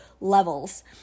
levels